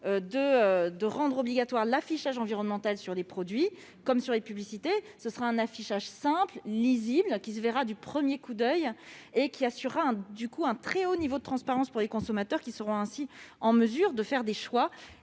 de rendre obligatoire l'affichage environnemental sur les produits comme sur les publicités. Ce sera un affichage simple, lisible, qui se verra du premier coup d'oeil et qui assurera du coup un très haut niveau de transparence pour les consommateurs, lesquels seront ainsi en mesure de faire des choix